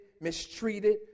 mistreated